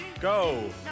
Go